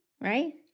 Right